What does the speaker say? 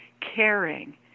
caring